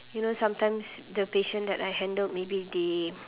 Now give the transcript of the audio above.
you know sometimes the patient that I handled maybe they